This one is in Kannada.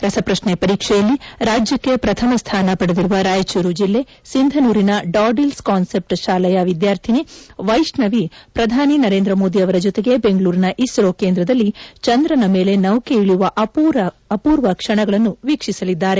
ರಸಪ್ರಶ್ನೆ ಪರೀಕ್ಷೆಯಲ್ಲಿ ರಾಜ್ಯಕ್ಷೆ ಪ್ರಥಮ ಸ್ಥಾನ ಪಡೆದಿರುವ ರಾಯಚೂರು ಜಿಲ್ಲೆ ಸಿಂಧನೂರಿನ ಡಾಡಿಲ್ಲ್ ಕಾನ್ಸೆಪ್ಟ್ ಶಾಲೆಯ ವಿದ್ಯಾರ್ಥಿನಿ ವೈಷ್ಣವಿ ಪ್ರಧಾನಿ ನರೇಂದ್ರ ಮೋದಿ ಅವರ ಜೊತೆಗೆ ಬೆಂಗಳೂರಿನ ಇಸ್ತೋ ಕೇಂದ್ರದಲ್ಲಿ ಚಂದ್ರನ ಮೇಲೆ ನೌಕೆ ಇಳಿಯುವ ಅಪೂರ್ವ ಕ್ಷಣವನ್ನು ವೀಕ್ಷಿಸಲಿದ್ದಾರೆ